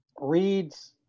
reads